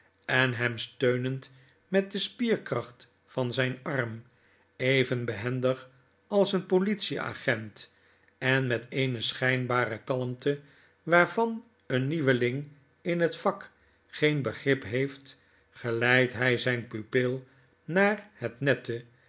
en hem steunend met de spierkracht van zijn arm even behendig als een politieagent en met eene schynbare kalmte waarvan een nieuweling in het vak geen begrip heeft geleidt hy zijn pupil naar het nette